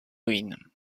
ruine